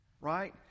right